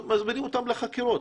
מזמינים אותם לחקירות: